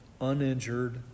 uninjured